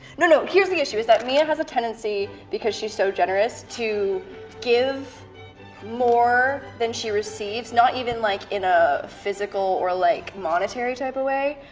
no, here's the issue. it's that mia has a tendency because she's so generous to give more than she receives, not even like in like, a physical or like monetary type of way,